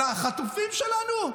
על החטופים שלנו?